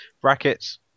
brackets